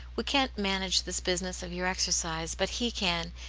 we can't manage this business of your exer cise, but he can,